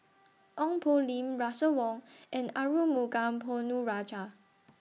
Ong Poh Lim Russel Wong and Arumugam Ponnu Rajah